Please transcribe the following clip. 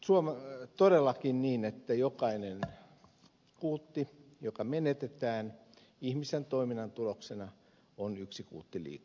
on todellakin niin että jokainen kuutti joka menetetään ihmisen toiminnan tuloksena on yksi kuutti liikaa